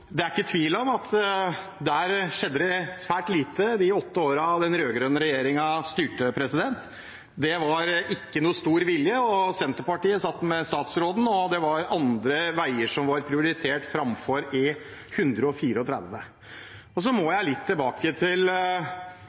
Det er ikke tvil om at der skjedde det svært lite de åtte årene den rød-grønne regjeringen styrte, det var ikke noen stor vilje. Senterpartiet satt med statsråden, og det var andre veier som var prioritert framfor E134. Representanten Myrli lurte på hva Fremskrittspartiet mener – jeg